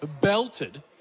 belted